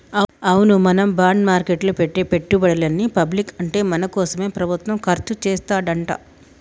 అవును మనం బాండ్ మార్కెట్లో పెట్టే పెట్టుబడులని పబ్లిక్ అంటే మన కోసమే ప్రభుత్వం ఖర్చు చేస్తాడంట